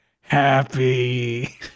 Happy